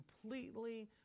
completely